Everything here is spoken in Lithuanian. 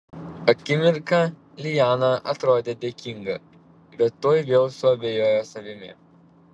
akimirką liana atrodė dėkinga bet tuoj vėl suabejojo savimi